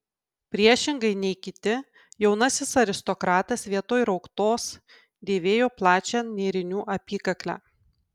priešingai nei kiti jaunasis aristokratas vietoj rauktos dėvėjo plačią nėrinių apykaklę